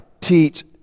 teach